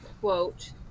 quote